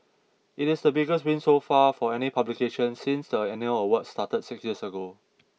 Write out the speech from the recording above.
it is the biggest win so far for any publication since the annual awards started six years ago